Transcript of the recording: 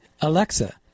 Alexa